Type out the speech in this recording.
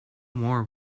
more